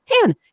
tan